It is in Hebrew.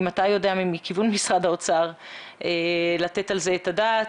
אם אתה יודע מכיוון משרד האוצר לתת על זה את הדעת.